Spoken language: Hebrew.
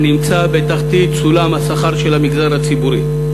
הנמצא בתחתית סולם השכר של המגזר הציבורי.